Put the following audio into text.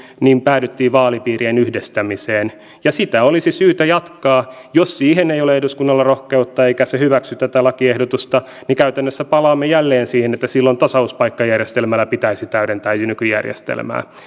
päädyttiin vaalipiirien yhdistämiseen ja sitä olisi syytä jatkaa jos siihen ei ole eduskunnalla rohkeutta eikä se hyväksy tätä lakiehdotusta käytännössä palaamme jälleen siihen että silloin tasauspaikkajärjestelmällä pitäisi täydentää nykyjärjestelmää